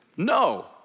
No